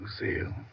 Lucille